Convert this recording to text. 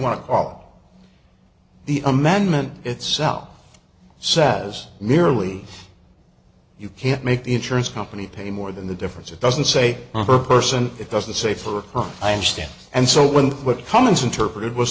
want to call the amendment itself sad as merely you can't make the insurance company pay more than the difference it doesn't say or person it doesn't say for a crook i understand and so when what comments interpreted was